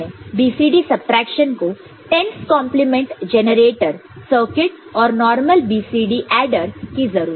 BCD subtraction को 10's complement generator circuit और normal BCD adder की जरूरत है